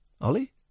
Ollie